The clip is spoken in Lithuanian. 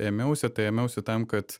ėmiausi tai ėmiausi tam kad